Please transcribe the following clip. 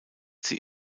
sie